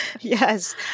Yes